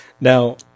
Now